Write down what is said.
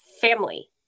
family